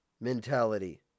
mentality